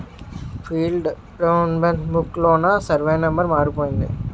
field measurement book లోన survey number మారిపోయింది